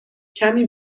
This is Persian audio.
کمی